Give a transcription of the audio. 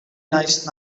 nice